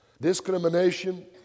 discrimination